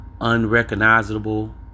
unrecognizable